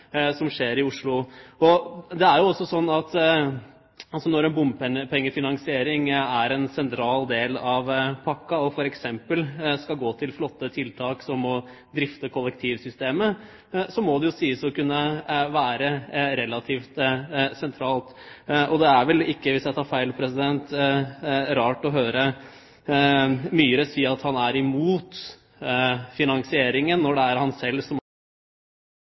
som i gjentatte debatter har tatt avstand fra det som skjer i Oslo. Når en bompengefinansiering er en sentral del av pakken og f.eks. skal gå til flotte tiltak som å drifte kollektivsystemet, må det jo sies å kunne være relativt sentralt. Det er rart å høre Myhre si at han er imot finansieringen når det er han selv som har